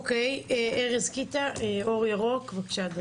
ארז קיטה, אור ירוק, בבקשה.